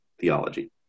theology